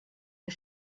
der